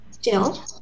Jill